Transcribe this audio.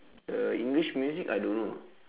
uh english music I don't know ah